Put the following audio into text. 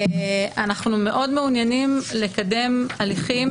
אנחנו מעוניינים מאוד לקדם הליכים